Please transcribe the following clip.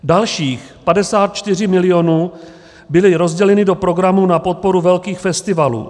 Dalších 54 mil. bylo rozděleno do programu na podporu velkých festivalů.